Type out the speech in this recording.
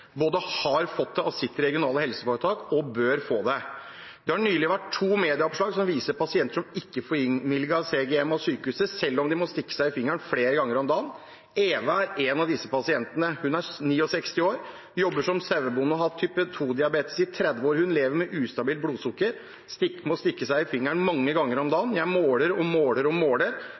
både har fått det av sitt regionale helseforetak og bør få det.» Det har nylig vært to medieoppslag som viser til pasienter som ikke får innvilget CGM, sensor for kontinuerlig glukosemåling, av sykehuset, selv om de må stikke seg i fingeren flere ganger om dagen. Eva Pedersen er en av disse pasientene. Hun er 69 år, jobber som sauebonde, og har hatt type 2-diabetes i 30 år. Hun lever med ustabilt blodsukker og må stikke seg i fingeren mange ganger om dagen.